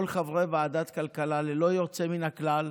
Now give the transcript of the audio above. כל חברי ועדת הכלכלה ללא יוצא מן הכלל,